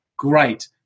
great